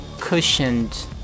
cushioned